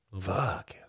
Fuck